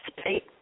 state